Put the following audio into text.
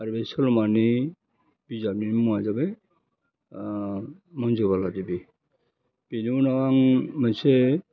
आरो बे सल'मानि बिजाबनि मुङा जाबाय मन्जुबाला देबि बेंनि आं मोनसे